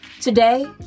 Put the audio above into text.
Today